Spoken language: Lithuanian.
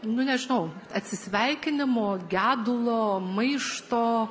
nu nežinau atsisveikinimo gedulo maišto